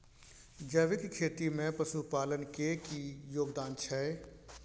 जैविक खेती में पशुपालन के की योगदान छै?